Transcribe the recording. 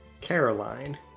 Caroline